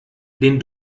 den